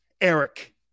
Eric